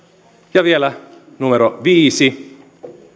ja vielä numero viisi